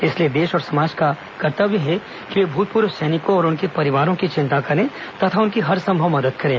इसलिए देश और समाज का कर्तव्य है कि वे भूतपूर्व सैनिकों और उनके परिवारों की चिंता करे तथा उनकी हरसंभव मदद करें